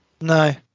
no